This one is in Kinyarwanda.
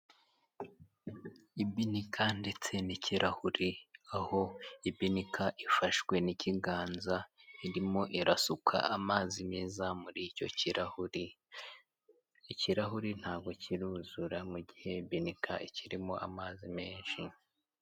Ibinika ndetse n'ikirahuri, aho ibinika ifashwe n'ikiganza, irimo irasuka amazi meza muri icyo kirahuri. Ikirahuri ntabwo kiruzura mu gihe ibinika ikirimo amazi menshi.